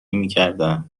میکردن